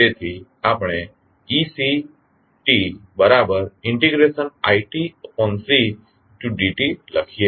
તેથી આપણે ectiCdt લખીએ